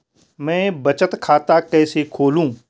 मैं बचत खाता कैसे खोलूँ?